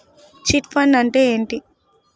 Chit fund అంటే ఏంటి?